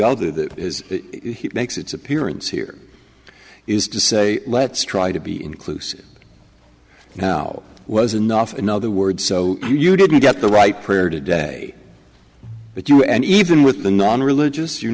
that makes its appearance here is to say let's try to be inclusive now was enough in other words so you didn't get the right prayer today but you and even with the non religious you